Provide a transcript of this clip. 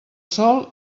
sol